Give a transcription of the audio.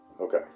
Okay